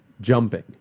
jumping